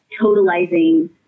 totalizing